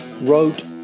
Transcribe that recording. wrote